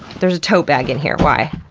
there's a tote bag in here, why?